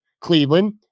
Cleveland